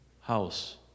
house